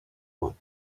one